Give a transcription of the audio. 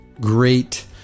great